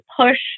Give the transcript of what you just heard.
push